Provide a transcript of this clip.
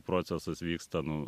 procesas vyksta nu